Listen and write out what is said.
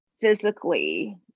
physically